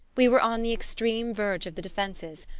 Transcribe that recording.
we were on the extreme verge of the defences,